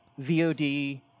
VOD